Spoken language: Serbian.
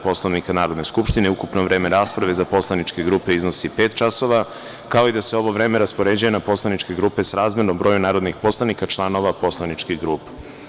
Poslovnika Narodne skupštine, ukupno vreme rasprave za poslaničke grupe iznosi pet časova, kao i da se ovo vreme raspoređuje na poslaničke grupe srazmerno broju narodnih poslanika članova poslaničkih grupa.